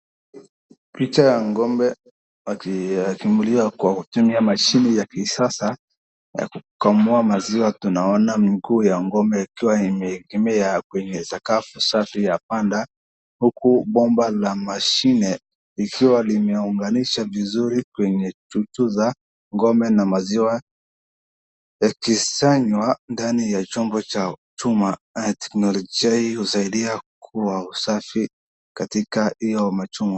Picha ya ng'ombe akikamuliwa kwa kutumia mashine ya kisasa ya kukamua maziwa, tunaona mguu ya ng'ombe ikiwa imeegemea kwenye sakafu safi ya panda , huku bomba la mashine likiwa limeunganisha vizuri kwenye chuchu za ng'ombe na maziwa yakisanywa ndani ya chombo cha chuma, teknolojia hii husaidia kwa usafi katika hiyo machuma.